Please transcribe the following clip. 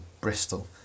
Bristol